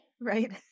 Right